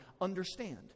understand